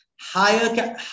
higher